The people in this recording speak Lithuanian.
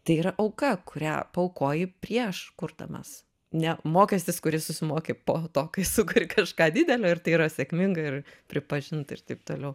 tai yra auka kurią paaukoji prieš kurdamas ne mokestis kurį susimoki po to kai sukuri kažką didelio ir tai yra sėkminga ir pripažint ir taip toliau